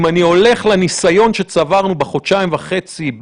אם אני הולך לניסיון שצברנו בחודשיים וחצי,